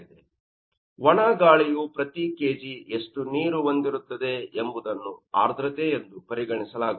ಅಂದರೆ ಒಣ ಗಾಳಿಯು ಪ್ರತಿ ಕೆಜಿಗೆ ಎಷ್ಟು ನೀರು ಹೊಂದಿರುತ್ತದೆ ಎಂಬುದನ್ನು ಆರ್ದ್ರತೆ ಎಂದು ಪರಿಗಣಿಸಲಾಗುತ್ತದೆ